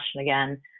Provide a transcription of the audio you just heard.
again